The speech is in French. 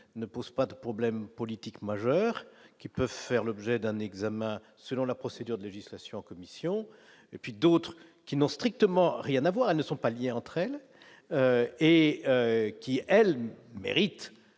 ne pose pas de problème politique majeur qui peuvent faire l'objet d'un examen selon la procédure de législation en commission et puis d'autres qui n'ont strictement rien à voir et ne sont pas liées entre elles. Et qui elle mérite